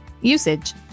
Usage